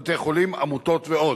בתי-חולים, עמותות ועוד.